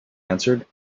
answered